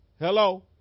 Hello